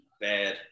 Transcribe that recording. bad